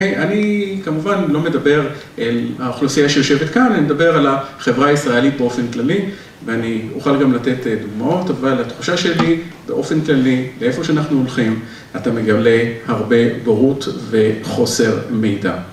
אני כמובן לא מדבר על האוכלוסייה שיושבת כאן, אני מדבר על החברה הישראלית באופן כללי ואני אוכל גם לתת דוגמאות, אבל התחושה שלי באופן כללי, לאיפה שאנחנו הולכים, אתה מגלה הרבה בורות וחוסר מידע.